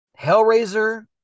Hellraiser